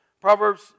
Proverbs